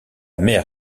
mère